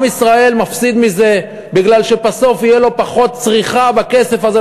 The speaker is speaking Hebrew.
עם ישראל מפסיד מזה בגלל שבסוף יהיה לו פחות צריכה בכסף הזה,